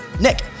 nick